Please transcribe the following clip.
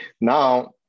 Now